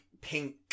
pink